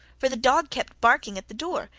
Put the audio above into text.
for the dog kept barking at the door,